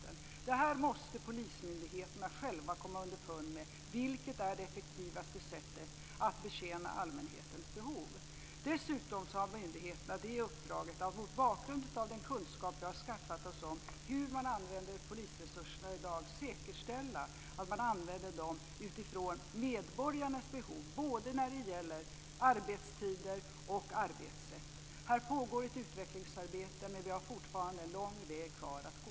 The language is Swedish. Det här måste polismyndigheterna själva komma underfund med. Vilket är det effektivaste sättet att betjäna allmänhetens behov? Dessutom har myndigheterna i uppdrag att mot bakgrund av den kunskap vi har skaffat oss om hur man använder polisresurserna i dag säkerställa att dessa används utifrån medborgarnas behov. Det gäller både arbetstider och arbetssätt. Här pågår ett utvecklingsarbete, men vi har fortfarande lång väg kvar att gå.